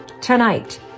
tonight